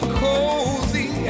cozy